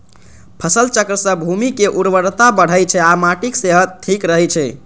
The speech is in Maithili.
फसल चक्र सं भूमिक उर्वरता बढ़ै छै आ माटिक सेहत ठीक रहै छै